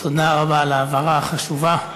תודה רבה על ההבהרה החשובה.